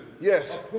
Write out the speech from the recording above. Yes